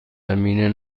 زمینه